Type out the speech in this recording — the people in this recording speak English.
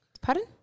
Pardon